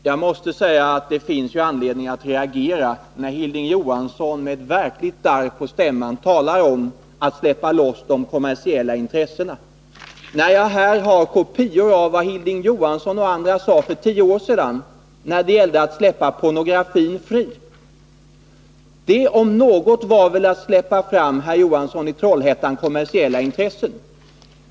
Herr talman! Det finns anledning att reagera, när Hilding Johansson med verkligt darr på stämman talar om att vi vill släppa loss de kommersiella intressena. Jag har här kopior av vad Hilding Johansson och andra sade för tio år sedan, när det gällde att släppa pornografin fri. Det om något var väl, herr Johansson i Trollhättan, att släppa fram kommersiella intressen.